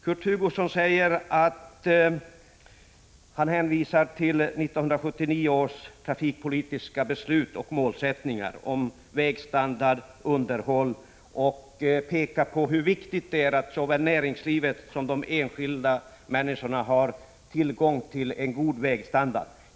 Kurt Hugosson hänvisar till 1979 års trafikpolitiska beslut och dess målsättningar om vägstandard och underhåll, och han pekar på hur viktigt det är att såväl näringslivet som de enskilda människorna har tillgång till bra vägar.